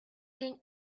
came